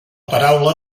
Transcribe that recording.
paraula